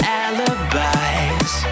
alibis